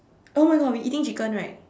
oh my god we eating chicken right